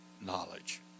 knowledge